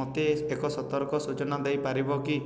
ମୋତେ ଏକ ସତର୍କ ସୂଚନା ଦେଇପାରିବ କି